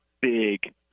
big